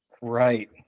Right